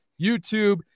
YouTube